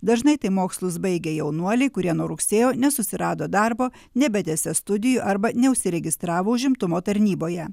dažnai tai mokslus baigę jaunuoliai kurie nuo rugsėjo nesusirado darbo nebetęsė studijų arba neužsiregistravo užimtumo tarnyboje